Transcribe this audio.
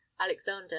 alexander